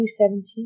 2017